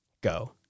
Go